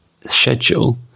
schedule